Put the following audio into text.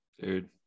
Dude